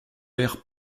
l’ère